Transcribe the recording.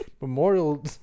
Memorial